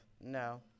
No